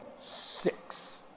six